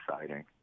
exciting